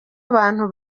abantu